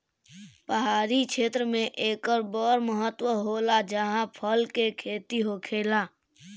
पहाड़ी क्षेत्र मे एकर बड़ महत्त्व होला जाहा फल के खेती होखेला